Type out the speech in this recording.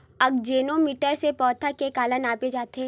आकजेनो मीटर से पौधा के काला नापे जाथे?